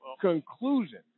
conclusion